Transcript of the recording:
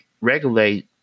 regulate